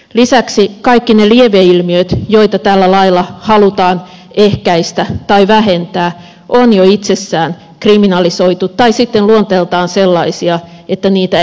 lisäksi kaikki ne lieveilmiöt joita tällä lailla halutaan ehkäistä tai vähentää on jo itsessään kriminalisoitu tai sitten ne ovat luonteeltaan sellaisia että niitä ei voi kriminalisoida